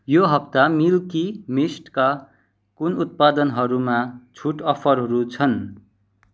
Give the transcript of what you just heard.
यो हप्ता मिल्की मिस्टका कुन उत्पादनहरूमा छुट अफरहरू छन्